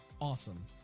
awesome